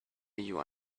you